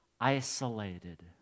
isolated